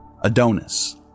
Adonis